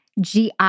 GI